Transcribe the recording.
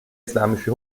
islamische